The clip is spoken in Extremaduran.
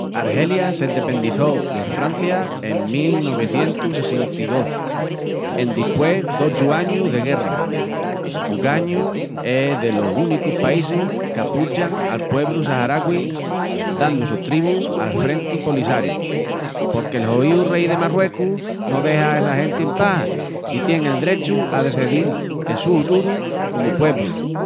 Argelia s'endependiçó de Francia en 1962 endispués d'ochu añus de guerra. Ogañu es delos únicus paisis qu'apuchan al puebru saharagüi dandu sostribu al Frenti Polisariu, porque'l joíu rei de Marruecus no dexa a essa genti en pas i tien el drechu a decedil el su huturu comu puebru.